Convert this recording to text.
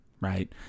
right